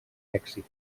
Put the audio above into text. èxit